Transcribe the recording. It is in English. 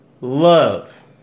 Love